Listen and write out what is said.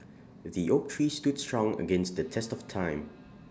the oak tree stood strong against the test of time